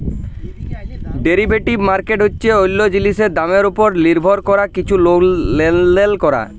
derivative market হছে অল্য জিলিসের দামের উপর লির্ভর ক্যরে কিছু লেলদেল ক্যরা